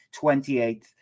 28th